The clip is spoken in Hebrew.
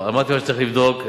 אמרתי לך שצריך לבדוק.